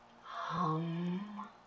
Hum